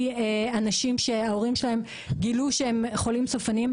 אנשים שההורים שלהם גילו שהם חולים סופניים.